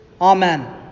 amen